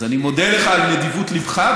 אז אני מודה לך על נדיבות ליבך,